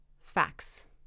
facts